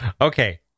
Okay